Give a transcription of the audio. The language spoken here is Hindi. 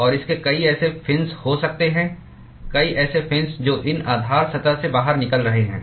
और इसके कई ऐसे फिन्स हो सकते हैं कई ऐसे फिन्स जो इन आधार सतह से बाहर निकल रहे हैं